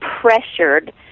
pressured